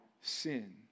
sin